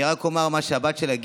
אני רק אומר מה שהבת שלה,